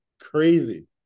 crazy